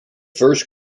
first